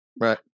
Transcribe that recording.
Right